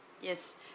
Yes